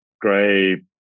gray